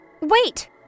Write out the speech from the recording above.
Wait